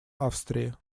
австрии